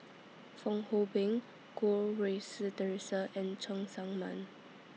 Fong Hoe Beng Goh Rui Si Theresa and Cheng Tsang Man